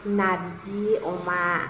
नारजि अमा